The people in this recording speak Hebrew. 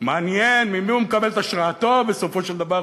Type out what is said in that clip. מעניין ממי הוא מקבל את השראתו בסופו של דבר,